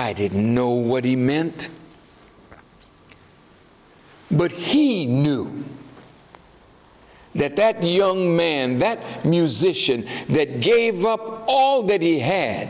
i didn't know what he meant but he knew that that young man that musician that gave up all that he had